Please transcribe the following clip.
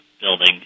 Building